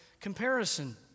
comparison